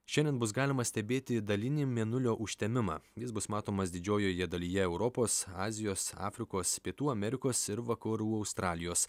šiandien bus galima stebėti dalinį mėnulio užtemimą jis bus matomas didžiojoje dalyje europos azijos afrikos pietų amerikos ir vakarų australijos